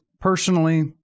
personally